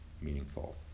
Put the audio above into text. meaningful